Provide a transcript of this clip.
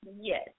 Yes